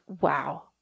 wow